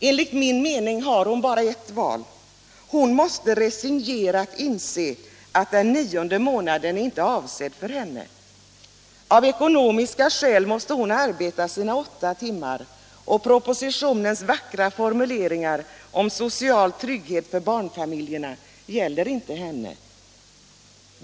Enligt min uppfattning har hon bara ett val: hon måste resignerat inse att den nionde månaden inte är avsedd för henne. Av ekonomiska skäl måste hon arbeta sina åtta timmar, och propositionens vackra formuleringar om social trygghet för barnfamiljerna gäller inte henne.